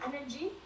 energy